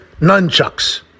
Nunchucks